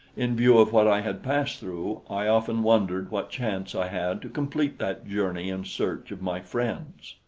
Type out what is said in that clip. in view of what i had passed through, i often wondered what chance i had to complete that journey in search of my friends.